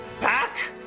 back